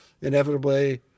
inevitably